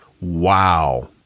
Wow